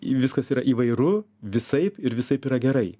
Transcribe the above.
viskas yra įvairu visaip ir visaip yra gerai